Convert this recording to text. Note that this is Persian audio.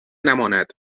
نماند